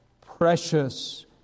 precious